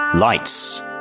Lights